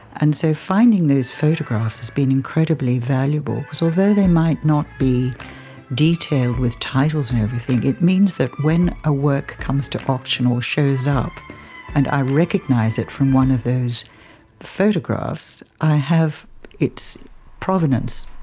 and so finding those photographs has been incredibly valuable because although they might not be detailed with titles and everything it means that when a work comes to auction or shows up and i recognise it from one of those photographs, i have its provenance.